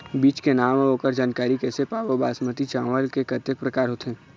बीज के नाम अऊ ओकर जानकारी कैसे पाबो बासमती चावल के कतेक प्रकार होथे?